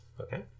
okay